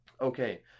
okay